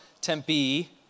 Tempe